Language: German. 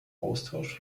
austausch